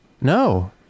No